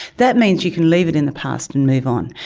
that means you can leave it in the past and move on.